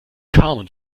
carmen